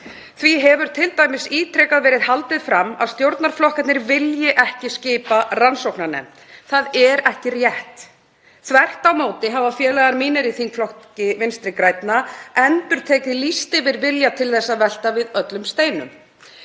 Því hefur t.d. ítrekað verið haldið fram að stjórnarflokkarnir vilji ekki skipa rannsóknarnefnd. Það er ekki rétt. Þvert á móti hafa félagar mínir í þingflokki Vinstri grænna endurtekið lýst yfir vilja til að velta við öllum steinum.